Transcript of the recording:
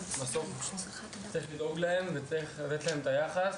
בסוף צריך לדאוג להם וצריך לתת להם את היחס,